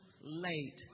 late